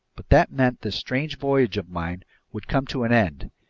but that meant this strange voyage of mine would come to an end,